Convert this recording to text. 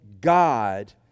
God